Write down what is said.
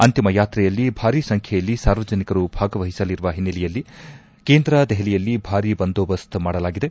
ಅಂತಿಮ ಯಾತ್ರೆಯಲ್ಲಿ ಭಾರೀ ಸಂಖ್ಯೆಯಲ್ಲಿ ಸಾರ್ವಜನಿಕರು ಭಾಗವಹಿಸಲಿರುವ ಹಿನ್ನೆಲೆಯಲ್ಲಿ ಕೇಂದ್ರ ದೆಹಲಿಯಲ್ಲಿ ಭಾರೀ ಬಂದೋಬಸ್ತ್ ಮಾಡಲಾಗಿದೆ